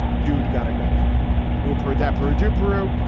dude, got to go super adepero to peru.